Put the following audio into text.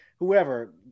whoever